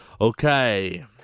Okay